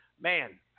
man